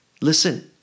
listen